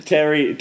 Terry